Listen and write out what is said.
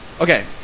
Okay